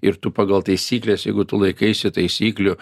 ir tu pagal taisykles jeigu tu laikaisi taisyklių